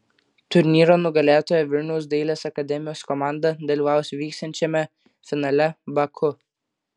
turnyro nugalėtoja vilniaus dailės akademijos komanda dalyvaus vyksiančiame finale baku